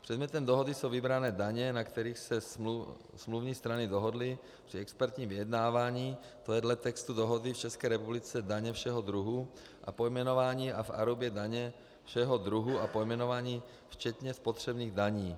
Předmětem dohody jsou vybrané daně, na kterých se smluvní strany dohodly při expertním vyjednávání, to je dle textu dohody v České republice daně všeho druhu a pojmenování a v Arubě daně všeho druhu a pojmenování včetně spotřebních daní.